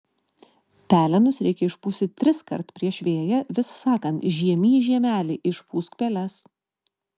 pelenus reikia išpūsti triskart prieš vėją vis sakant žiemy žiemeli išpūsk peles